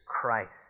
Christ